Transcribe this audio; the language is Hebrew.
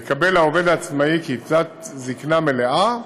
יקבל עובד עצמאי קצבת זקנה מלאה,